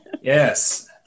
yes